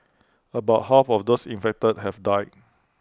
about half of those infected have died